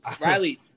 Riley